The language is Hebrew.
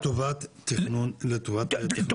לטובת תכנון, לא לשיפוט.